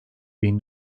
bin